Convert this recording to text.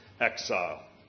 exile